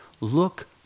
Look